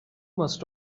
must